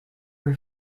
were